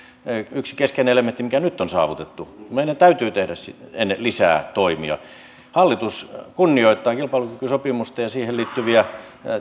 yksi keskeinen elementti mikä nyt on saavutettu meidän täytyy tehdä lisää toimia hallitus kunnioittaa kilpailukykysopimusta ja siihen liittyviä